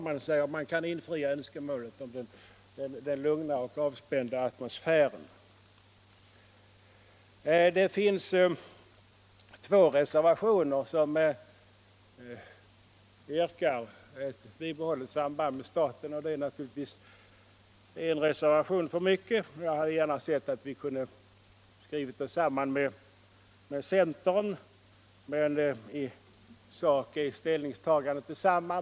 Kan man då infria önskemålet om den lugna och avspända atmosfären? Det finns två reservationer i vilka man yrkar på bibehållet samband mellan kyrka och stat, och det är naturligtvis en reservation för mycket. Jag hade gärna sett att vi kunnat skriva oss samman med centern, men i sak är ställningstagandet detsamma.